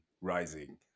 rising